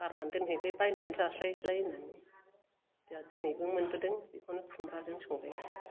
गारनानै दोनहैबाय बायनानै जास्लायस्लाय होनानै दोनैबो मोनबोदों बेखौनो खुमब्राजों संबाय